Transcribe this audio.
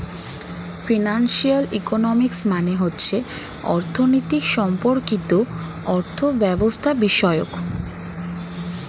financial economics মানে হচ্ছে অর্থনীতি সম্পর্কিত অর্থব্যবস্থাবিষয়ক